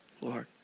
Lord